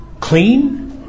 clean